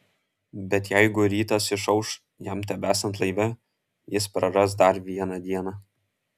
bet jeigu rytas išauš jam tebesant laive jis praras dar vieną dieną